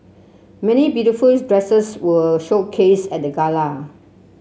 many beautiful dresses were showcased at the gala